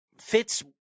fits